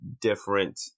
different